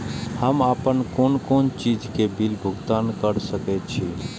हम आपन कोन कोन चीज के बिल भुगतान कर सके छी?